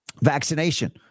vaccination